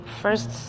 first